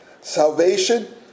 Salvation